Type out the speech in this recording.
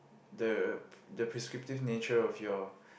the the prescriptive nature of your